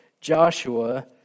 Joshua